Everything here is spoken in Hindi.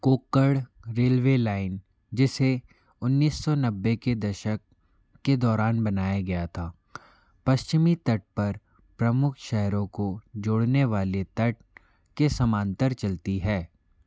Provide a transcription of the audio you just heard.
कोक्कण रेलवे लाइन जिसे उन्नीस सौ नब्बे के दशक के दौरान बनाया गया था पश्चिमी तट पर प्रमुख शहरों को जोड़ने वाले तट के समांतर चलती है